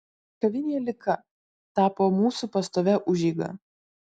kavinė lika tapo mūsų pastovia užeiga